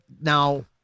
Now